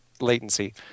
latency